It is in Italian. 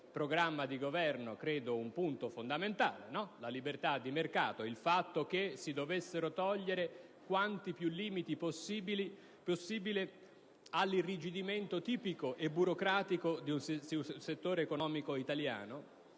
programma di Governo un punto fondamentale, la libertà di mercato mirando ad eliminare quanti più limiti possibili all'irrigidimento tipico e burocratico di un settore economico italiano,